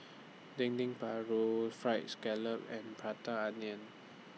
Dendeng Paru Fried Scallop and Prata Onion